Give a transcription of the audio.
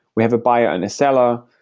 we have a buyer and a seller.